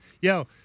Yo